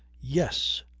yes!